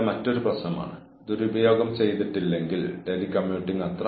നിങ്ങൾക്ക് അച്ചടക്കം നൽകാനാകുന്ന ഒരു മാർഗം ഹോട്ട് സ്റ്റവ് റൂൾ ആണ്